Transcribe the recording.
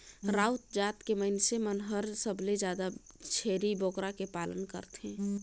राउत जात के मइनसे मन हर सबले जादा छेरी बोकरा के पालन करथे